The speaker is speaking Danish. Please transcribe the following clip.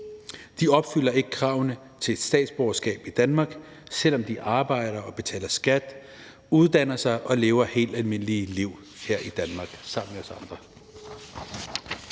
De opfylder ikke kravene til et statsborgerskab i Danmark, selv om de arbejder og betaler skat, uddanner sig og lever helt almindelige liv her i Danmark sammen med os andre.